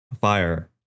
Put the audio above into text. fire